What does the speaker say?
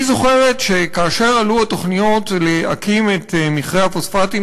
והיא זוכרת שכאשר עלו התוכניות להקים את מכרה הפוספטים,